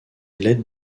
l’aide